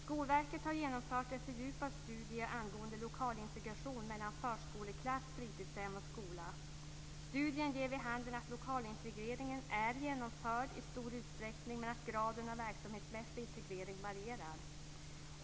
Skolverket har genomfört en fördjupad studie angående lokalintegration mellan förskoleklass, fritidshem och skola. Studien ger vid handen att lokalintegreringen är genomförd i stor utsträckning, men att graden av verksamhetsmässig integrering varierar.